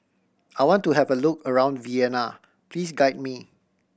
I want to have a look around Vienna please guide me